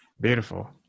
Beautiful